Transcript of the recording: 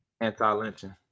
Anti-lynching